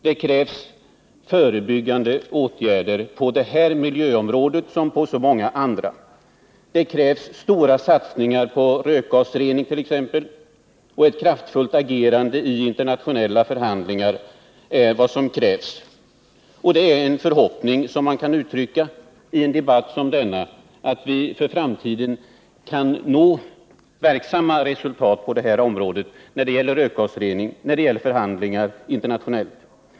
Det krävs, på detta miljöområde som på så 167 många andra, förebyggande åtgärder. Det krävs t.ex. stora satsningar på rökgasrening, och det krävs ett kraftfullt agerande i internationella förhandlingar. Det är en förhoppning som jag vill uttrycka i en debatt som denna att vi för framtiden skall nå verksamma resultat när det gäller rökgasrening och förhandlingar internationellt.